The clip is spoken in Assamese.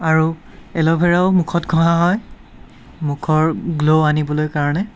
আৰু এলোভেৰাও মুখত ঘঁহা হয় মুখৰ গ্ল' আনিবলৈ কাৰণে